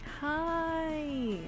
Hi